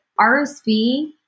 RSV